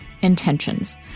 intentions